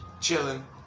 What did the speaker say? chilling